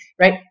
right